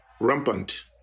rampant